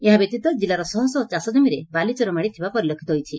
ଏହା ବ୍ୟତୀତ ଜିଲ୍ଲାର ଶହ ଶହ ଚାଷ ଜମିରେ ବାଲିଚର ମାଡ଼ିଥିବା ପରିଲକ୍ଷିତ ହୋଇଛି